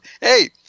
hey